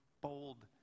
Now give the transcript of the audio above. bold